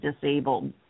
disabled